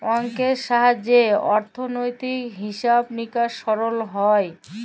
অংকের সাহায্যে অথ্থলৈতিক হিছাব লিকাস সরল হ্যয়